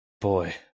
boy